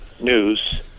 news